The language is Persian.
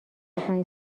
پنج